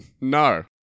No